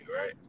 right